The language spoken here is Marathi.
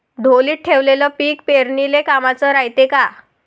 ढोलीत ठेवलेलं पीक पेरनीले कामाचं रायते का?